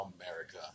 America